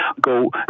go